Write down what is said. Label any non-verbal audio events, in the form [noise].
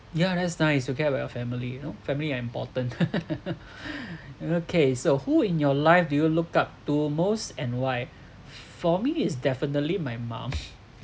yeah that's nice you care about your family you know family are important [laughs] okay so who in your life do you look up to most and why for me it's definitely my mom [breath]